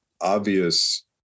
obvious